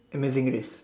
and nothing it is